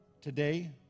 Today